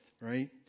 right